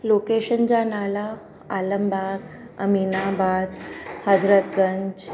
location जा नाला आलमबाग अमीनाबाद हजरतगंज